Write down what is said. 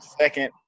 second